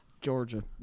Georgia